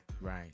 Right